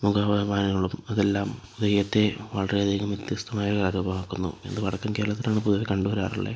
മുഖ ബഹുമാനമുള്ളതും അതെല്ലാം തെയ്യത്തെ വളരെയധികം വ്യത്യസ്തമായ കലാ രൂപമാക്കുന്നു അത് വടക്കൻ കേരളത്തിലാണ് കൂടുതൽ കണ്ടുവരാറുള്ളത്